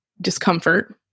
discomfort